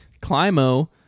Climo